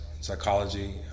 psychology